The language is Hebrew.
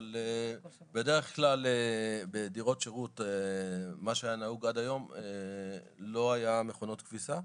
אבל בדרך כלל בדירות שירות מה שהיה נהוג עד היום לא היה מכונות כביסה,